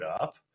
up